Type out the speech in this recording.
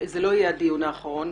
זה לא יהיה הדיון האחרון,